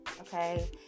okay